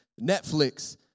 Netflix